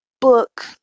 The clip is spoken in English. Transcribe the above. book